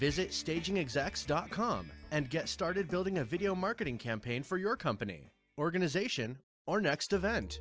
exacts dot com and get started building a video marketing campaign for your company organization or next event